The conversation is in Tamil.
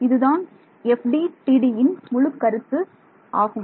இதுதான் FDTDயின் முழு கருத்து ஆகும்